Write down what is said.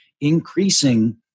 increasing